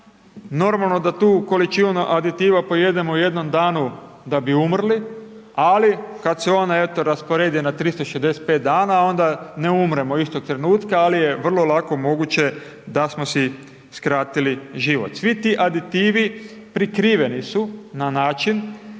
Normalno da tu količinu aditiva pojedemo u jednom danu da bi umrli, ali kada se ona eto rasporedi na 365 dana onda ne umremo istog trenutka ali je vrlo lako moguće da smo si skratili život. Svi ti aditivi prikriveni su na način